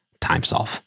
TimeSolve